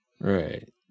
Right